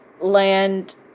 Land